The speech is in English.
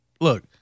look